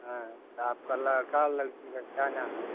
हाँ तो आपका लड़का और लड़की का क्या नाम है